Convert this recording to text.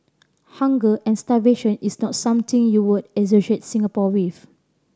hunger and starvation is not something you would associate Singapore with